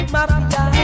Mafia